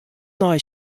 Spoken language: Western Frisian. nei